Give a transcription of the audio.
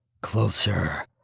closer